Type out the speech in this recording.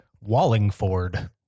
Wallingford